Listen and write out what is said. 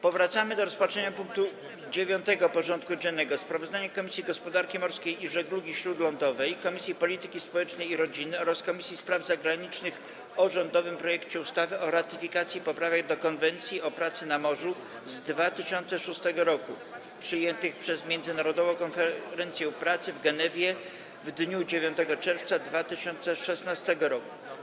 Powracamy do rozpatrzenia punktu 9. porządku dziennego: Sprawozdanie Komisji Gospodarki Morskiej i Żeglugi Śródlądowej, Komisji Polityki Społecznej i Rodziny oraz Komisji Spraw Zagranicznych o rządowym projekcie ustawy o ratyfikacji Poprawek do Konwencji o pracy na morzu z 2006 r., przyjętych przez Międzynarodową Konferencję Pracy w Genewie w dniu 9 czerwca 2016 r.